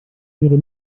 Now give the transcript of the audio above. ihre